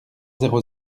zéro